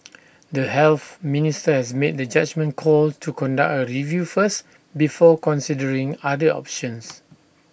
the health minister has made the judgement call to conduct A review first before considering other options